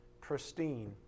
pristine